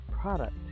product